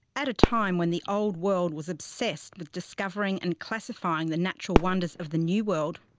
at a time when the old world was obsessed with discovering and classifying the natural wonders of the new world,